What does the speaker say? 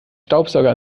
staubsauger